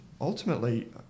ultimately